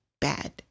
bad